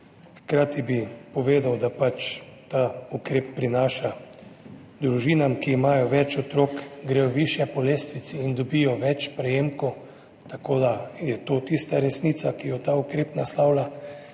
Hkrati bi povedal, da ta ukrep prinaša družinam, ki imajo več otrok, gredo višje po lestvici in dobijo več prejemkov, tako da je to tista resnica, ki jo ta ukrep naslavlja.